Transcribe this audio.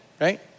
right